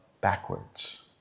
backwards